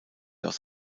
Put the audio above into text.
aus